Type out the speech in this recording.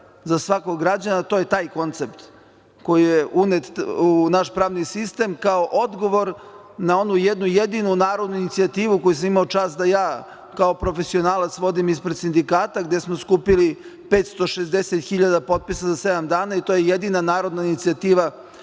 za svakog građanina, to je taj koncept koji je unet u naš pravni sistem, kao odgovor na onu jednu jedinu narodnu inicijativu koju sam imao čast da ja, kao profesionalac vodim ispred sindikata gde smo skupili 560 hiljada potpisa za sedam dana i to je jedina narodna inicijativa